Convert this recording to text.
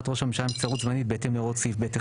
ראש הממשלה מנבצרות זמנית בהתאם להוראות סעיף (ב1)